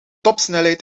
topsnelheid